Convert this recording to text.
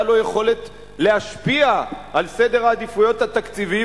לו יכולת להשפיע על סדר העדיפויות התקציבי,